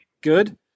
Good